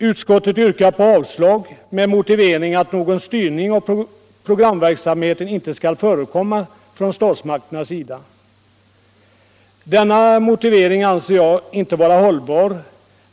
Utskottet har yrkat avslag på motionen med motiveringen att någon styrning av programverksamheten inte skall förekomma från statens sida. Denna motivering anser jag inte vara hållbar.